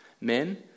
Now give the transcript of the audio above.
Men